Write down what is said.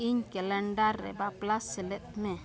ᱤᱧ ᱠᱮᱞᱮᱱᱰᱟᱨ ᱨᱮ ᱵᱟᱯᱞᱟ ᱥᱮᱞᱮᱫᱽᱢᱮ